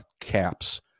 caps